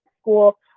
school